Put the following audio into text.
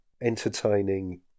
entertaining